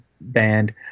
band